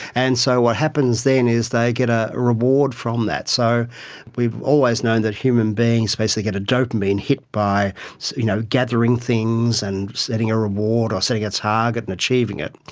and so what happens then is they get a reward from that. so we have always known that human beings basically get a dopamine hit by you know gathering things and setting a reward or setting a target and achieving it.